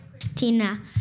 Christina